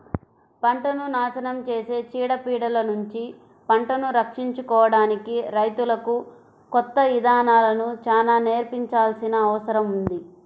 పంటను నాశనం చేసే చీడ పీడలనుంచి పంటను రక్షించుకోడానికి రైతులకు కొత్త ఇదానాలను చానా నేర్పించాల్సిన అవసరం ఉంది